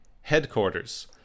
headquarters